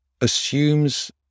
assumes